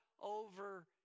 over